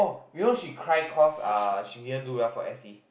oh you know she cry cause uh she didn't do well for S_E